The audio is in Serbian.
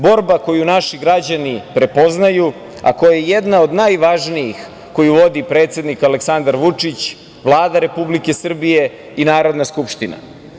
Borba koju naši građani prepoznaju, a koje je jedna od najvažnijih koju vodi predsednik Aleksandar Vučić, Vlada Republike Srbije i Narodna skupština.